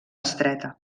estreta